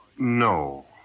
No